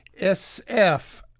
SF